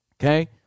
Okay